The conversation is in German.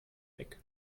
weg